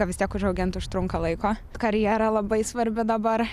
vis tiek užaugint užtrunka laiko karjera labai svarbi dabar